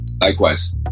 Likewise